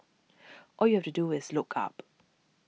all you have to do is look up